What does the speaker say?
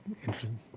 Interesting